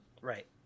Right